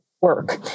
work